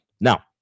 Now